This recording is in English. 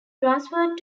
transferred